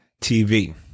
TV